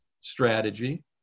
strategy